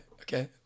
okay